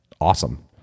awesome